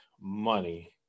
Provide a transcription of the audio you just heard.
money